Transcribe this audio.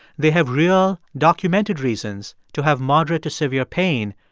they have real, documented reasons to have moderate to severe pain,